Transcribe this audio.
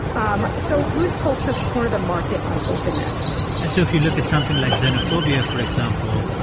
um so loose cultures corner the market on openness and so if you look at something like xenophobia, for example,